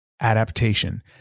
adaptation